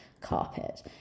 carpet